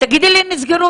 תגידי לי נסגרו